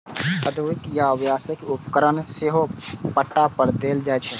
औद्योगिक या व्यावसायिक उपकरण सेहो पट्टा पर देल जाइ छै